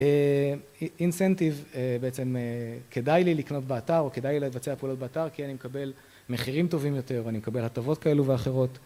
אינסנטיב בעצם כדאי לי לקנות באתר או כדאי לי להתבצע פעולות באתר כי אני מקבל מחירים טובים יותר ואני מקבל הטבות כאלו ואחרות